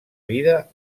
vida